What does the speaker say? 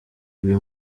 uyu